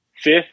Fifth